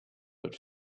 but